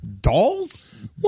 Dolls